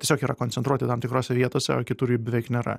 tiesiog yra koncentruoti tam tikrose vietose o kitur jų beveik nėra